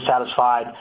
satisfied